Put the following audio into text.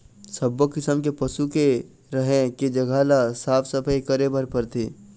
सब्बो किसम के पशु के रहें के जघा ल साफ सफई करे बर परथे